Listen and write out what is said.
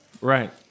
Right